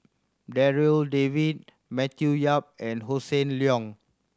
Darryl David Matthew Yap and Hossan Leong